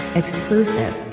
exclusive